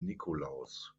nikolaus